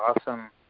awesome